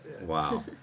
Wow